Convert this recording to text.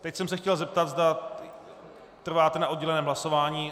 Teď jsem se chtěl zeptat, zda trváte na odděleném hlasování.